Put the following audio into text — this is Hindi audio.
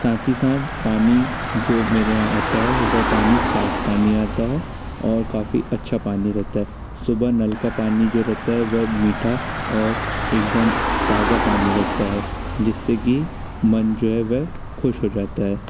साथ ही साथ पानी जो मेरे यहाँ आता है वह पानी साफ पानी आता है और काफ़ी अच्छा पानी रहता है सुबह नल का पानी जो रहता है वह मीठा और एकदम ताज़ा पानी रहता हैं जिससे कि मन जो है वह खुश हो जाता है